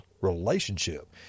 relationship